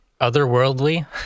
otherworldly